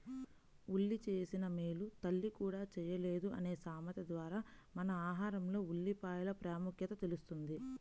ఉల్లి చేసిన మేలు తల్లి కూడా చేయలేదు అనే సామెత ద్వారా మన ఆహారంలో ఉల్లిపాయల ప్రాముఖ్యత తెలుస్తుంది